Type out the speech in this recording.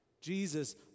Jesus